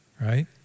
right